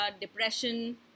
depression